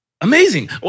amazing